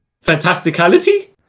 fantasticality